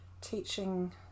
teaching